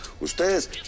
ustedes